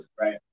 right